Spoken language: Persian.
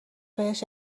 بهش